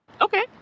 Okay